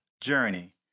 journey